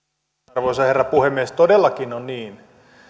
arvoisa herra puhemies todellakin on niin